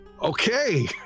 Okay